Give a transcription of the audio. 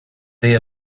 they